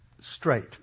straight